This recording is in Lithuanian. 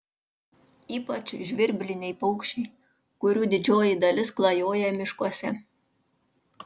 ypač žvirbliniai paukščiai kurių didžioji dalis klajoja miškuose